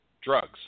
drugs